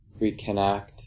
reconnect